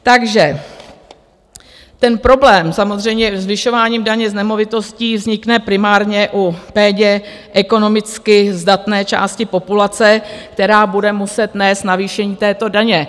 Takže ten problém samozřejmě zvyšováním daně z nemovitostí vznikne primárně u méně ekonomicky zdatné části populace, která bude muset nést navýšení této daně.